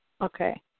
Okay